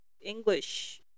English